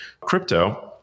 crypto